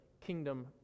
kingdom